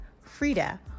Frida